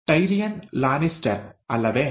Tyrion Lannister ಅಲ್ಲವೇ